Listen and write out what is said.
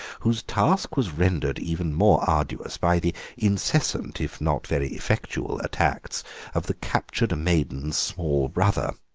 whose task was rendered even more arduous by the incessant, if not very effectual, attacks of the captured maidens' small brother.